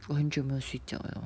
我很久没睡觉 liao